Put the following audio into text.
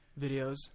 videos